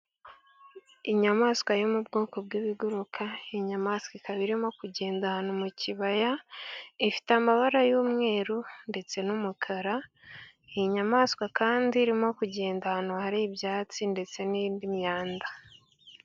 Inyamaswa yo mu bwoko bw'ibiguruka inyamaswa ikaba irimo kugenda ahantu mu kibaya ifite amabara y'umweru, ndetse n'umukara iyi nyamaswa kandi irimo kugenda ahantu hari ibyatsi ndetse n'indi imyanda.